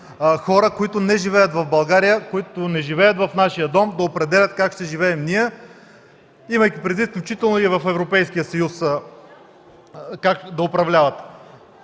хора, които не живеят в България, които не живеят в нашия дом, да определят как ще живеем ние, имайки предвид включително и в Европейския съюз как да управляват.